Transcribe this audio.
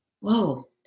whoa